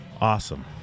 Awesome